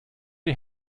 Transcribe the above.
die